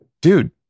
dude